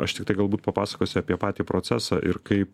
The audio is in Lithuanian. aš tiktai galbūt papasakosiu apie patį procesą ir kaip